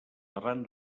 arran